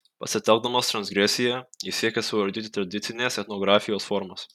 pasitelkdamas transgresiją jis siekia suardyti tradicinės etnografijos formas